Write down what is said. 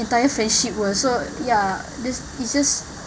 entire friendship will also ya it is just